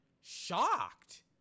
shocked